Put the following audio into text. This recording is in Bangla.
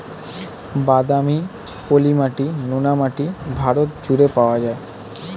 বাদামি, পলি মাটি, নোনা মাটি ভারত জুড়ে পাওয়া যায়